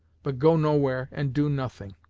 but go nowhere and do nothing